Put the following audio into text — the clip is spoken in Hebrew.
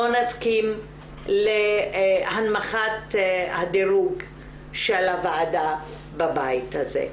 נסכים להנמכת הדירוג של הוועדה בבית הזה.